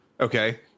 Okay